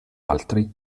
altri